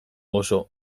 oso